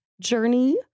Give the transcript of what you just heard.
journey